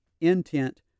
intent